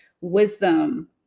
wisdom